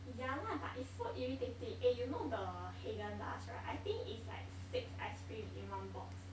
yeah lah but it's so irritating eh you know the Haagen Dazs right I think it's like six ice cream in one box